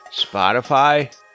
Spotify